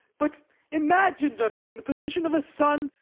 but imagine, gentlemen, the position of a son,